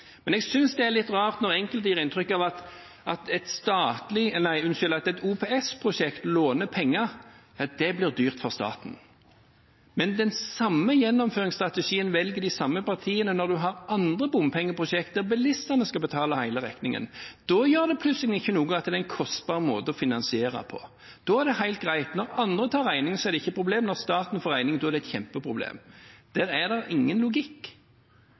Men jeg synes det er litt rart når enkelte gir inntrykk av at når et OPS-prosjekt låner penger fra staten, blir det dyrt for staten. Men den samme gjennomføringsstrategien velger de samme partiene når en har andre bompengeprosjekter og bilistene skal betale hele regningen. Da gjør det plutselig ikke noe at det er en kostbar måte å finansiere på. Da er det helt greit. Når andre tar regningen, er det ikke noe problem, men når staten får regningen, er det et kjempeproblem. Her er det ingen logikk.